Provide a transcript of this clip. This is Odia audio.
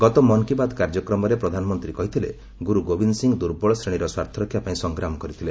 ଗତ ମନ୍ କୀ ବାତ୍ କାର୍ଯ୍ୟକ୍ରମରେ ପ୍ରଧାନମନ୍ତ୍ରୀ କହିଥିଲେ ଗୁରୁ ଗୋବିନ୍ଦ ସିଂ ଦୁର୍ବଳ ଶ୍ରେଣୀର ସ୍ୱାର୍ଥ ରକ୍ଷାପାଇଁ ସଂଗ୍ରାମ କରିଥିଲେ